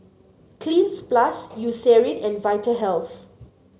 Cleanz Plus Eucerin and Vitahealth